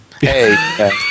hey